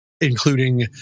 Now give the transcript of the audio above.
including